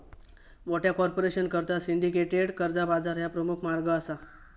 मोठ्या कॉर्पोरेशनकरता सिंडिकेटेड कर्जा बाजार ह्या प्रमुख मार्ग असा